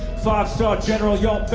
four star general your